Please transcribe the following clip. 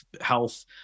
health